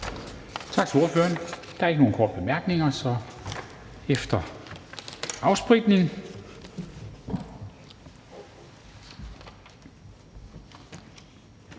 Tak til ordføreren. Der er ikke nogen korte bemærkninger, så efter afspritning